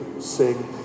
sing